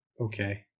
Okay